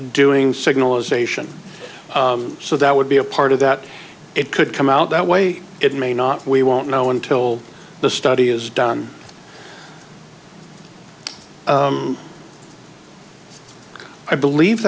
doing signal ization so that would be a part of that it could come out that way it may not we won't know until the study is done i believe